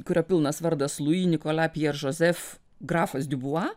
kurio pilnas vardas lui nikolia pjer zožef grafas diubua